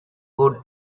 good